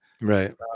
Right